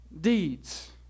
deeds